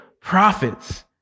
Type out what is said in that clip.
prophets